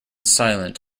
silent